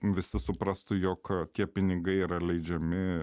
visi suprastų jog tie pinigai yra leidžiami